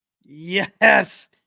Yes